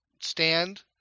stand